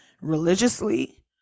religiously